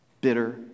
bitter